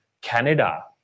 Canada